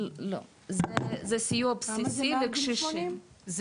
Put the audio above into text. לא, זה סיוע בסיסי לקשישים.